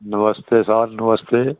नमस्ते साह्ब नमस्ते